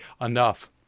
enough